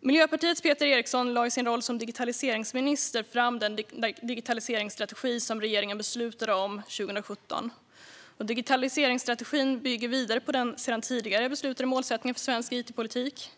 Miljöpartiets Peter Eriksson lade i sin roll som digitaliseringsminister fram den digitaliseringsstrategi som regeringen beslutade om 2017. Digitaliseringsstrategin bygger vidare på den sedan tidigare beslutade målsättningen för svensk it-politik.